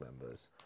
members